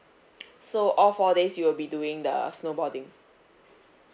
so all four days you will be doing the snowboarding